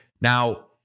Now